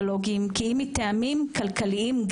מוסיפים את המשבר של החקיקה הנוראית שעושים היום,